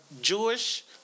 Jewish